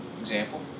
example